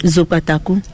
Zopataku